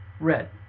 Red